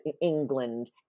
England